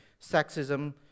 sexism